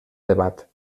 debat